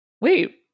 Wait